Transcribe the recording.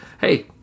hey